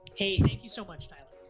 hey, thank you so much, tyler.